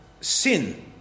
sin